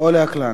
או לעקלו.